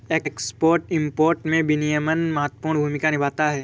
export import में विनियमन महत्वपूर्ण भूमिका निभाता है